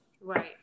right